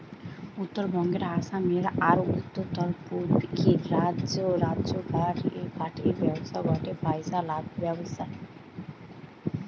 উত্তরবঙ্গে, আসামে, আর উততরপূর্বের রাজ্যগা রে কাঠের ব্যবসা গটে পইসা লাভের ব্যবসা